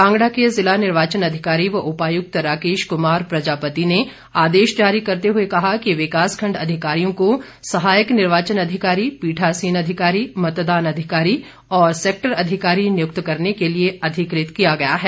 कांगड़ा के जिला निर्वाचन अधिकारी व उपायुक्त राकेश कुमार प्रजापति ने आदेश जारी करते हुए कहा कि विकास खण्ड अधिकारियों को सहायक निर्वाचन अधिकारी पीठासीन अधिकारी मतदान अधिकारी और सैक्टर अधिकारी नियुक्त करने के लिए अधिकृत किया गया है